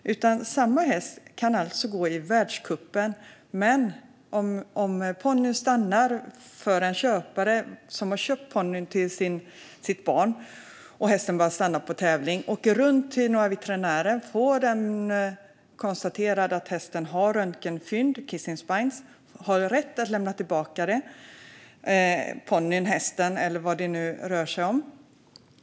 En häst kan gå i världscupen, men om samma ponny eller häst stannar på tävling för en köpare som köpt den till sitt barn och köparen åker runt till några veterinärer som konstaterar att den har röntgenfynd i form av kissing spines har köparen rätt att lämna tillbaka den.